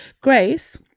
grace